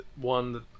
one